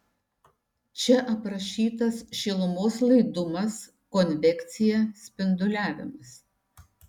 čia aprašytas šilumos laidumas konvekcija spinduliavimas